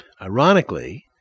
Ironically